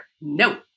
No